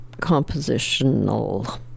compositional